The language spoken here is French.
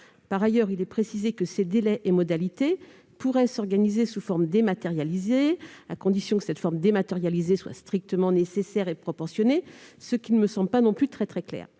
Par ailleurs, il est précisé que ces délais et modalités pourraient s'organiser sous forme dématérialisée, à condition que cela soit strictement nécessaire et proportionné, ce qui ne me semble pas non plus très clair.